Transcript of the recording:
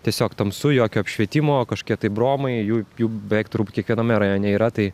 tiesiog tamsu jokio apšvietimo kažkokie tai bromai jų jų beveik turbūt kiekviename rajone yra tai